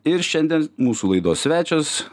ir šiandien mūsų laidos svečias